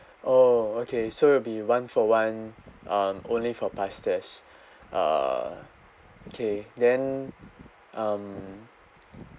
oh okay so it'll be one for one um only for pastas uh okay then um